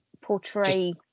portray